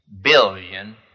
billion